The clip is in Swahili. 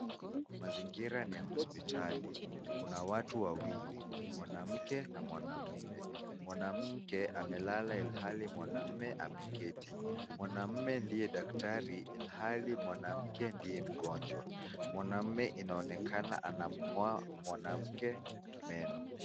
Mazingira ni ya hospitali, kuna watu wawili, mwanamke na mwanamume. Mwanamke amelala ilhali mwanaume ameketi. Mwanaume ndiye daktari ilhali mwanamke ndiye mgonjwa. Mwanaume inaonekana anamng'oa mwanamke meno.